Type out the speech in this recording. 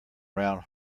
round